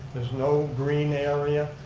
there's no green area,